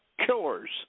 killers